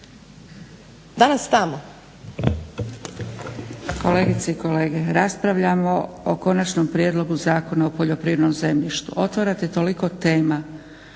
danas tamo.